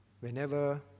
whenever